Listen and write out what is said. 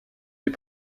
des